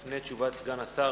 לפני תשובת סגן השר,